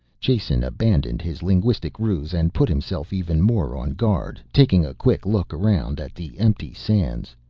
jason abandoned his linguistic ruse and put himself even more on guard, taking a quick look around at the empty sands.